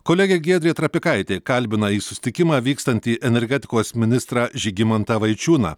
kolegė giedrė trapikaitė kalbina į susitikimą vykstantį energetikos ministrą žygimantą vaičiūną